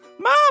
Mom